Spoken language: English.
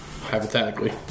hypothetically